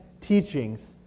teachings